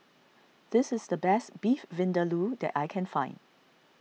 this is the best Beef Vindaloo that I can find